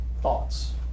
Thoughts